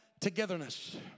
togetherness